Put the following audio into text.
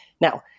Now